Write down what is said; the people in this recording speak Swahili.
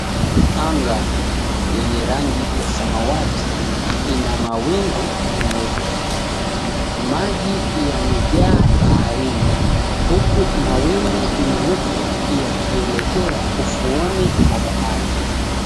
Anga yenye rangi ya samawati, ina mawingu meupe. Maji yamejaa baharini, huku mawimbi meupe yakielekea ufuoni mwa bahari.